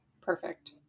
Perfect